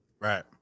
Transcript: Right